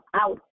out